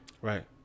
Right